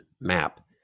map